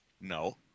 No